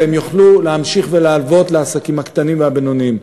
והם יוכלו להמשיך להלוות לעסקים הקטנים והבינוניים.